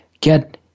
get